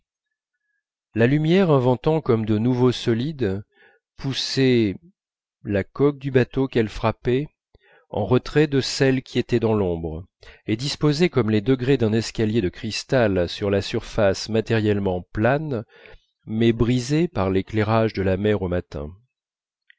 la lumière inventant comme de nouveaux solides poussait la coque du bateau qu'elle frappait en retrait de celle qui était dans l'ombre et disposait comme les degrés d'un escalier de cristal la surface matériellement plane mais brisée par l'éclairage de la mer au matin